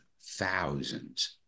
thousands